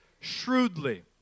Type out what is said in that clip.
shrewdly